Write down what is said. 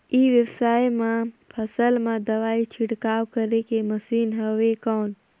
ई व्यवसाय म फसल मा दवाई छिड़काव करे के मशीन हवय कौन?